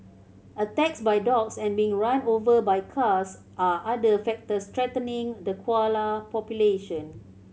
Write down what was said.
attacks by dogs and being run over by cars are other factors threatening the koala population